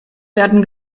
werden